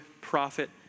prophet